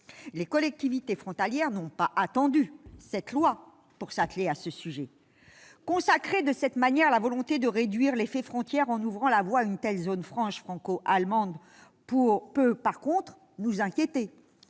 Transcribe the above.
Les collectivités frontalières n'ont pas attendu ce texte pour s'atteler à ce sujet. Consacrer de cette manière la volonté de réduire les frontières en ouvrant la voie à une telle zone franche franco-allemande peut en revanche inquiéter